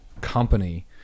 company